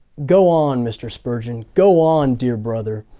go on mr. spurgeon go on dear brother,